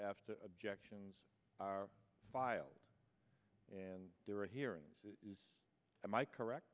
after objections are filed and there are hearings am i correct